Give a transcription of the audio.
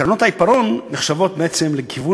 הקרנות ה"עיפרון" נחשבות בעצם לכיוון